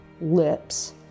lips